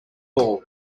ball